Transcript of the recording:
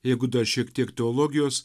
jeigu dar šiek tiek teologijos